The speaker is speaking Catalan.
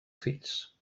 fills